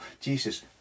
Jesus